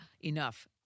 enough